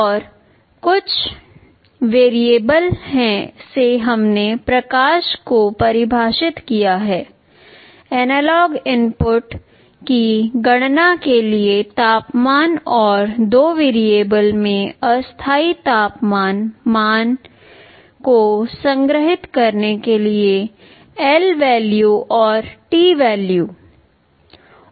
और कुछ वेरिएबल से हमने प्रकाश को परिभाषित किया है एनालॉग इनपुट की गणना के लिए तापमान और दो वेरिएबल में अस्थायी तापमान मान को संग्रहीत करने के लिए Lवेल्यू और Tवेल्यू